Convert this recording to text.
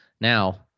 Now